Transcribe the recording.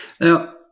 Now